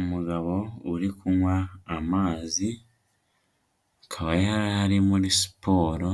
Umugabo uri kunywa amazi, akaba yari ari muri siporo,